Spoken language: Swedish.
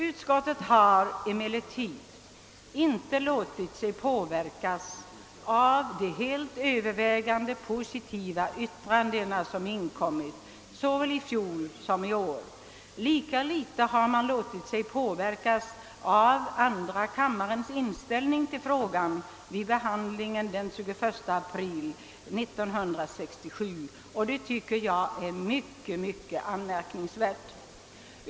Utskottet har emellertid inte låtit sig påverka av de helt övervägande positiva yttranden som inkommit såväl i fjol som i år, lika litet som av andra kammarens inställning till frågan vid behandlingen den 21 april 1967. Jag tycker att detta är mycket anmärkningsvärt.